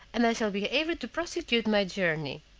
and i shall be able to prosecute my journey.